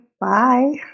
Bye